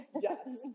Yes